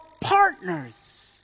partners